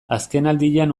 azkenaldian